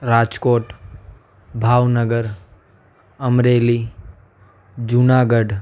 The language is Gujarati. રાજકોટ ભાવનગર અમરેલી જૂનાગઢ